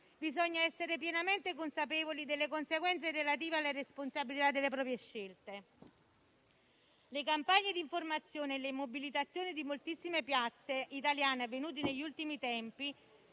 bisogna essere pienamente consapevoli delle conseguenze relative alle responsabilità delle proprie scelte. Le campagne di informazione e le mobilitazioni di moltissime piazze italiane avvenute negli ultimi tempi